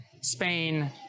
Spain